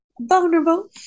Vulnerable